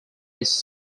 his